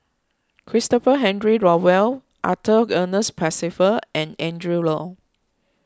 Christopher Henry Rothwell Arthur Ernest Percival and Adrin Loi